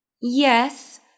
Yes